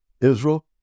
Israel